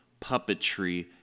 puppetry